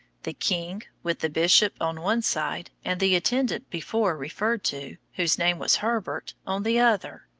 the king, with the bishop on one side, and the attendant before referred to, whose name was herbert, on the other,